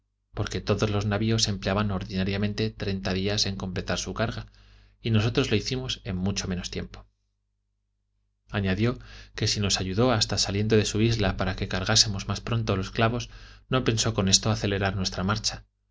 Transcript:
porque todos los navios empleaban ordinariamente treinta días en completar su carga y nosotros lo hicimos en mucho menos tiempo añadió que si nos ayudó hasta saliendo de su isla para que cargásemos más pronto los clavos no pensó con esto acelerar nuestra marcha